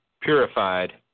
purified